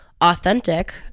authentic